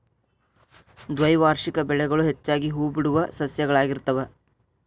ದ್ವೈವಾರ್ಷಿಕ ಬೆಳೆಗಳು ಹೆಚ್ಚಾಗಿ ಹೂಬಿಡುವ ಸಸ್ಯಗಳಾಗಿರ್ತಾವ